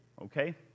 okay